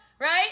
Right